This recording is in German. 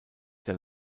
der